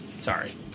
sorry